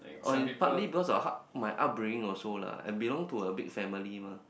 or in partly because of hard~ my upbringing also lah I belong to a big family mah